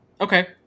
Okay